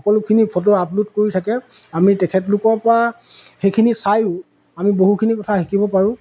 সকলোখিনি photo upload কৰি থাকে আমি তেখেতলোকৰ পৰা সেইখিনি চায়ো আমি বহুখিনি কথা শিকিব পাৰোঁ